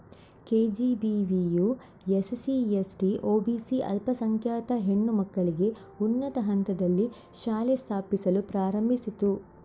ಕೆ.ಜಿ.ಬಿ.ವಿಯು SC, ST, OBC ಅಲ್ಪಸಂಖ್ಯಾತ ಹೆಣ್ಣು ಮಕ್ಕಳಿಗೆ ಉನ್ನತ ಹಂತದಲ್ಲಿ ಶಾಲೆ ಸ್ಥಾಪಿಸಲು ಪ್ರಾರಂಭಿಸಿತು